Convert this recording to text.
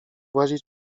włazić